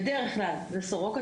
בדרך כלל זה סורוקה,